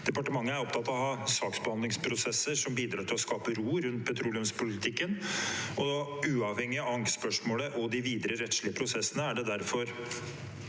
Departementet er opptatt av å ha saksbehandlingsprosesser som bidrar til å skape ro rundt petroleumspolitikken, og uavhengig av ankespørsmålet og de videre rettslige prosessene har jeg derfor